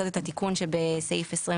תיקון חוק שירותי תשלום